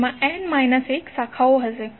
તેમાં n minus 1 શાખા હશે